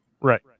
right